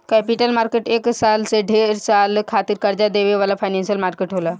capital market एक साल से ढेर समय खातिर कर्जा देवे वाला फाइनेंशियल मार्केट होला